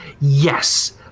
yes